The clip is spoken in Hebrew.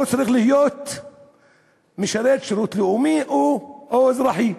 לא צריך לשרת בשירות לאומי או אזרחי.